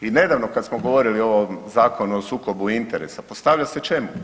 I nedavno kad smo govorili o ovom Zakonu o sukobu interesa postavlja se čemu?